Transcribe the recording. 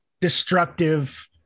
destructive